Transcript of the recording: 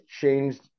changed